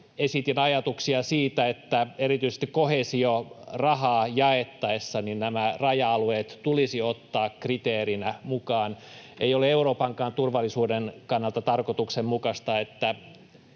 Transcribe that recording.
Esitin ajatuksia siitä, että erityisesti koheesiorahaa jaettaessa nämä raja-alueet tulisi ottaa kriteerinä mukaan. Ei ole Euroopankaan turvallisuuden kannalta tarkoituksenmukaista,